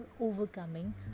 overcoming